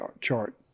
chart